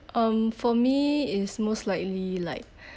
um for me is most likely like